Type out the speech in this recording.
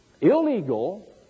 illegal